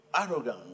arrogant